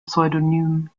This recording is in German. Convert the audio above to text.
pseudonym